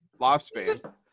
lifespan